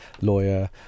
lawyer